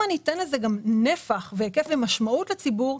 אם אני אתן לזה גם נפח והיקף ומשמעות לציבור,